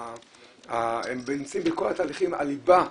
הם נמצאים בכל התהליכים, הליבה,